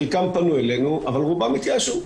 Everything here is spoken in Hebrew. חלקם פנו אלינו אבל רובם התייאשו.